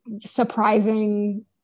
surprising